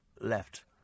left